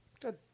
Good